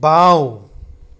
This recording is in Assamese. বাওঁ